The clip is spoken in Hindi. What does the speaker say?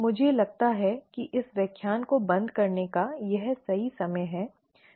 मुझे लगता है कि इस व्याख्यान को बंद करने का यह सही समय है